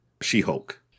She-Hulk